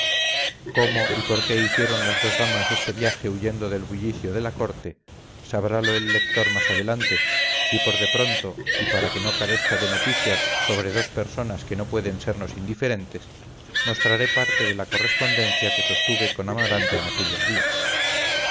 cómo y por qué hicieron las dos damas este viaje huyendo del bullicio de la corte sabralo el lector más adelante y por de pronto y para que no carezca de noticias sobre dos personas que no pueden sernos indiferentes mostraré parte de la correspondencia que sostuve con amaranta en aquellos días